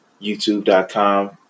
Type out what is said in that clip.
youtube.com